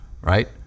right